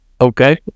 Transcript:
Okay